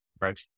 right